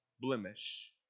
blemish